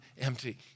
empty